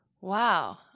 Wow